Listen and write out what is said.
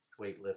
weightlifting